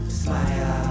smile